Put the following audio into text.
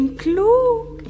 klug